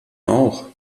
auch